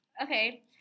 Okay